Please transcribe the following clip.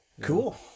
Cool